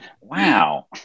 Wow